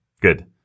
Good